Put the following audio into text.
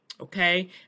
Okay